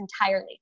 entirely